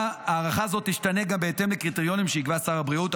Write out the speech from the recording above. הערכה זו תשתנה גם בהתאם לקריטריונים שיקבע שר הבריאות,